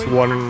one